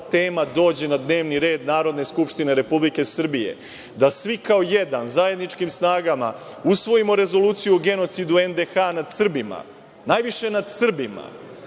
tema dođe na dnevni red Narodne skupštine Republike Srbije, da svi kao jedan zajedničkim snagama usvojimo rezoluciju o genocidu NDH nad Srbima, najviše nad Srbima,